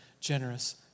generous